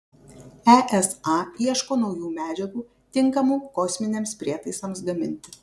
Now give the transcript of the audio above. esa ieško naujų medžiagų tinkamų kosminiams prietaisams gaminti